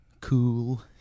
cool